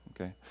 okay